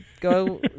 go